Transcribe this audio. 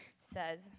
says